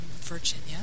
Virginia